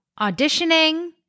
auditioning